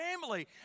family